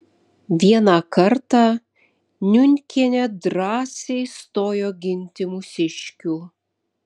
vieną kartą niunkienė drąsiai stojo ginti mūsiškių